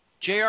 Jr